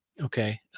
Okay